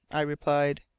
i replied.